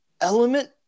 element